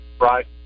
right